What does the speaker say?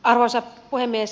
arvoisa puhemies